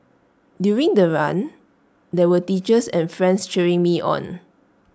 during the run there were teachers and friends cheering me on